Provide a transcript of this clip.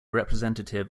representative